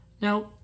Now